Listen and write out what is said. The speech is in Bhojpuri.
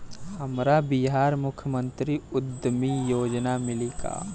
हमरा बिहार मुख्यमंत्री उद्यमी योजना मिली का?